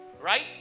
Right